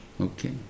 Okay